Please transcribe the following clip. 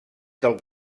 del